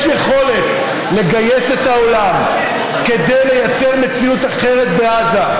יש יכולת לגייס את העולם כדי לייצר מציאות אחרת בעזה,